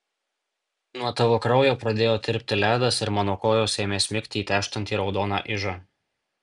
nuo tavo kraujo pradėjo tirpti ledas ir mano kojos ėmė smigti į tęžtantį raudoną ižą